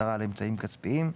הצהרה על אמצעים כספיים.